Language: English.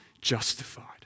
justified